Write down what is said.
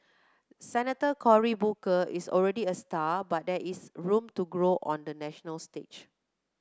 Senator Cory Booker is already a star but there is room to grow on the national stage